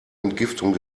entgiftung